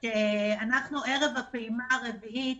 גם שאנו ערב הפעימה הרביעית,